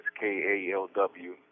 K-A-L-W